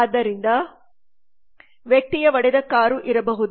ಆದ್ದರಿಂದ ಒಡೆದ ವ್ಯಕ್ತಿಯ ಕಾರು ಇರಬಹುದು